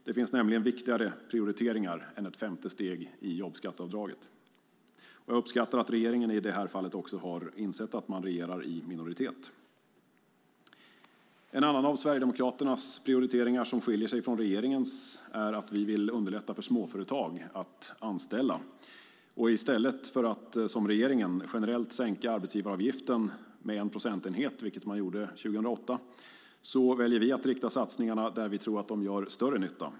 Det finns nämligen viktigare prioriteringar än ett femte steg i jobbskatteavdraget. Jag uppskattar att regeringen i detta fall också har insett att man regerar i minoritet. En annan av Sverigedemokraternas prioriteringar som skiljer sig från regeringens är att vi vill underlätta för småföretag att anställa. I stället för att som regeringen generellt sänka arbetsgivaravgiften med 1 procentenhet, vilket man gjorde 2008, väljer vi att rikta satsningarna mot där vi tror att de gör större nytta.